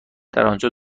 آنجا